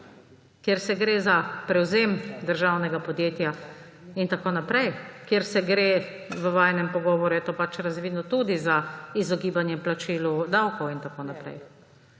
kjer gre za prevzem državnega podjetja in tako naprej, kjer gre – v vajinem pogovoru je to pač razvidno – tudi za izogibanje plačilu davkov in tako naprej?